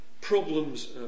problems